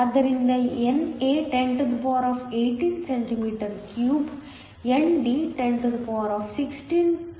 ಆದ್ದರಿಂದ NA 1018cm 3 ND 1016 ಆಗಿದೆ